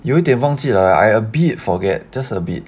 有一点记了 I a bit forget just a bit